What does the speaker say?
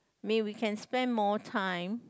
me we can spend more time